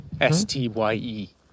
S-T-Y-E